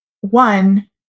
one